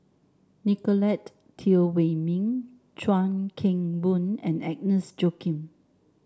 Nicolette Teo Wei Min Chuan Keng Boon and Agnes Joaquim